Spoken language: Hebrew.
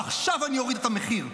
עכשיו אני אוריד את המחיר.